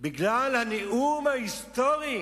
בגלל הנאום ההיסטורי